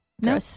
No